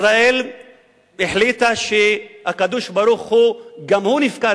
ישראל החליטה שהקדוש-ברוך-הוא גם הוא נפקד,